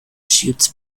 shoots